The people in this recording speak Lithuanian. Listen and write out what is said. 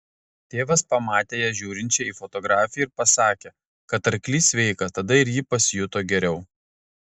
tėvas pamatė ją žiūrinčią į fotografiją ir pasakė kad arklys sveikas tada ir ji pasijuto geriau